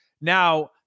now